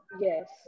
Yes